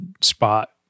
spot